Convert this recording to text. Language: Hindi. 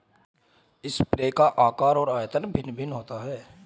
स्प्रेयर का आकार और आयतन भिन्न भिन्न होता है